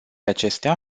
acestea